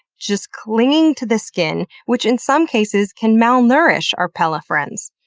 just clinging to the skin, which in some cases, can malnourish our pelifriends.